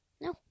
No